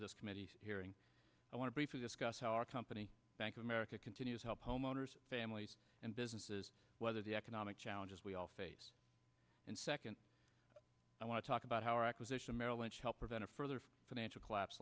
this committee hearing i want to briefly discuss how our company bank of america continues help homeowners families and businesses whether the economic challenges we all face and second i want to talk about how our acquisition of merrill lynch help prevent a further financial collapse